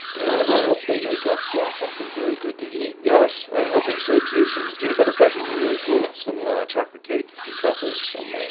and i hope they make us something very good to eat. yes i'm hoping so some peanut butter fudge would be really cool some chocolate cake some truffles um